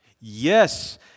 Yes